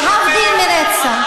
להבדיל מרצח,